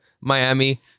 Miami